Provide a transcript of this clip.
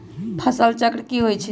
फसल चक्र की होई छै?